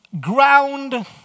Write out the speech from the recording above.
ground